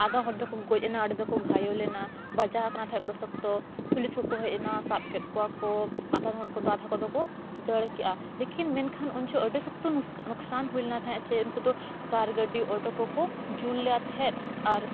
ᱟᱫᱷᱟ ᱦᱚᱲ ᱫᱚᱠᱚ ᱜᱚᱡ ᱮᱱᱟ ᱟᱹᱰᱤ ᱫᱚᱠᱚ ᱜᱷᱟᱭᱮᱞᱮᱱᱟ ᱵᱟᱡᱟᱣ ᱟᱠᱟᱱᱟ ᱛᱟᱦᱮᱸᱫ ᱠᱚ ᱟᱹᱰᱤ ᱥᱚᱠᱛᱚ ᱯᱩᱞᱤᱥ ᱠᱚᱠᱚ ᱦᱮᱡ ᱮᱱᱟ ᱥᱟᱵ ᱠᱮᱫ ᱠᱚᱣᱟ ᱠᱚ ᱟᱫᱷᱟ ᱦᱚᱲ ᱠᱚᱫᱚ ᱟᱫᱷᱟ ᱠᱚᱫᱚ ᱠᱚ ᱫᱟᱹᱲ ᱠᱮᱫᱟ ᱞᱮᱠᱤᱱ ᱢᱮᱱᱠᱷᱟᱱ ᱩᱱ ᱡᱚᱦᱚᱜ ᱟᱹᱰᱤ ᱥᱚᱠᱛᱚ ᱱᱩᱠᱥᱟᱱ ᱦᱩᱭ ᱞᱮᱱᱟ ᱛᱟᱦᱮᱸᱫ ᱪᱮ ᱩᱱᱠᱩ ᱫᱚ ᱠᱟᱨ ᱜᱟᱹᱰᱤ ᱚᱴᱳ ᱠᱚᱠᱚ ᱡᱩᱞ ᱞᱮᱫᱟ ᱛᱟᱦᱮᱸᱫ ᱟᱨ